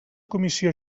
comissió